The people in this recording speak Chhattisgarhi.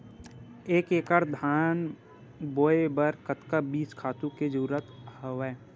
एक एकड़ धान बोय बर कतका बीज खातु के जरूरत हवय?